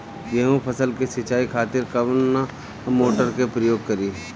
गेहूं फसल के सिंचाई खातिर कवना मोटर के प्रयोग करी?